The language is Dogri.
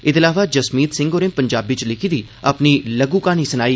एदे अलावा जसमीत सिंह होरें पंजाबी च लिखी दी अपनी लघ् कहानी सनाई